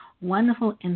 wonderful